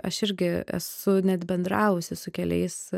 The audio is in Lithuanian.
aš irgi esu net bendravusi su keliais